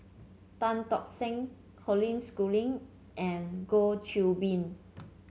Tan Tock San Colin Schooling and Goh Qiu Bin